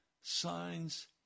signs